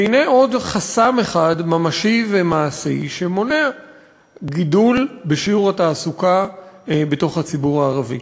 והנה עוד חסם אחד ממשי ומעשי שמונע גידול בשיעור התעסוקה בציבור הערבי.